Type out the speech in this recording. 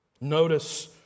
Notice